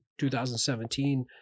2017